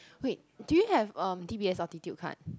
wait do you have um d_b_s Altitude card